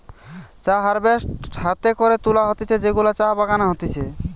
চা হারভেস্ট হাতে করে তুলা হতিছে যেগুলা চা বাগানে হতিছে